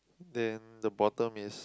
then the bottom is